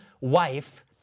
wife